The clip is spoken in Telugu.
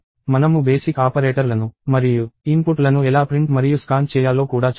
మనము బేసిక్ ఆపరేటర్లను మరియు ఇన్పుట్లను ఎలా ప్రింట్ మరియు స్కాన్ చేయాలో కూడా చూశాము